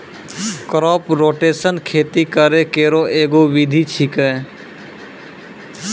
crop rotation खेती करै केरो एगो विधि छिकै